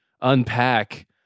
unpack